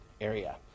area